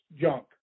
junk